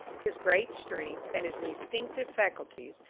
his great strength, and his instinctive faculties,